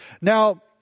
Now